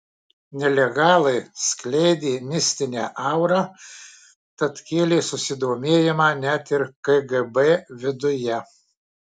nelegalai skleidė mistinę aurą tad kėlė susidomėjimą net ir kgb viduje